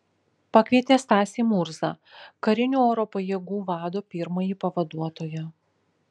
pakvietė stasį murzą karinių oro pajėgų vado pirmąjį pavaduotoją